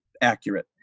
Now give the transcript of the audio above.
accurate